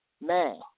man